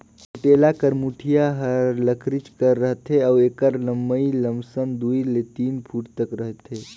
कुटेला कर मुठिया हर लकरिच कर रहथे अउ एकर लम्मई लमसम दुई ले तीन फुट तक रहथे